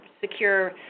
secure